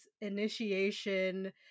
initiation